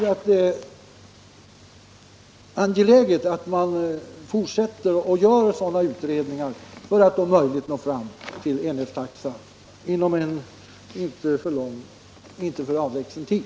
Det är angeläget att man fortsätter och gör sådana utredningar för att få möjlighet att genomföra enhetstaxa inom en inte alltför avlägsen framtid.